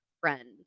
friend